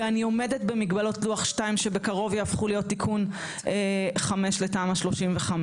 ואני עומדת במגבלות לוח 2 שבקרוב יהפכו להיות תיקון 5 לתמ"א 35,